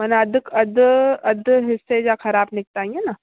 मना अधु अधु अधु हिसे जा ख़राबु निकिता ईअं न